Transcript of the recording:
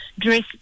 dress